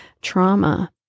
trauma